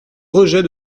rejet